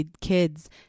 kids